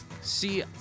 see